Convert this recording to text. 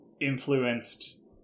influenced